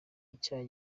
icyaha